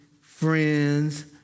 friends